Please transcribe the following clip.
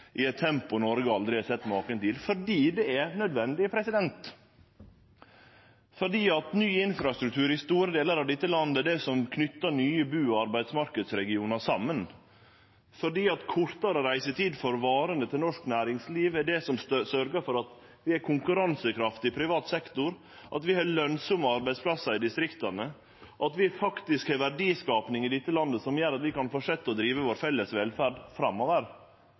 i eit tempo Noreg aldri har sett maken til – fordi det er nødvendig, fordi ny infrastruktur i store delar av dette landet er det som knyter nye bu- og arbeidsmarknadsregionar saman, fordi kortare reisetid for varene til norsk næringsliv er det som sørgjer for at vi har konkurransekraft i privat sektor, at vi har lønsame arbeidsplassar i distrikta, og at vi faktisk har verdiskaping i dette landet som gjer at vi kan fortsetje å drive vår felles velferd framover.